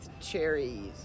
cherries